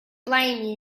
blame